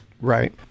Right